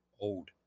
old